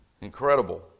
Incredible